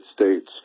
States